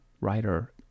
writer